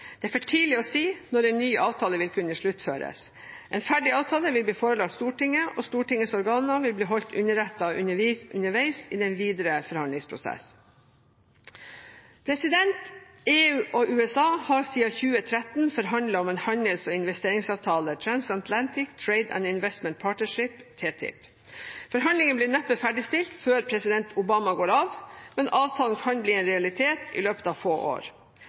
Det er for tidlig å si når en avtale vil kunne sluttføres. En ferdig avtale vil bli forelagt Stortinget. Stortingets organer vil bli holdt underrettet underveis i den videre forhandlingsprosess. EU og USA har siden 2013 forhandlet om en handels- og investeringsavtale, Transatlantic Trade and Investment Partnership, TTIP. Forhandlingene blir neppe ferdigstilt før president Obama går av, men avtalen kan bli en realitet i løpet av få år.